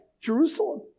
Jerusalem